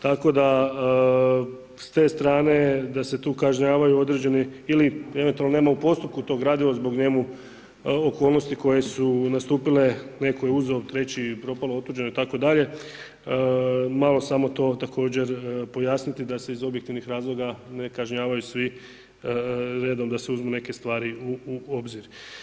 Tako da s te strane da se tu kažnjavaju određeni ili eventualno nema u postupku tog gradiva zbog njemu okolnosti koje su nastupile, netko je uzeo treći, propalo, otuđeno itd. malo samo to također pojasniti da se iz objektivnih razloga ne kažnjavaju svi redom da se uzmu neke stvari u obzir.